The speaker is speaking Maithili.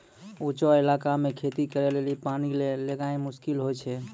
ऊंचो इलाका मे खेती करे लेली पानी लै गेनाय मुश्किल होय छै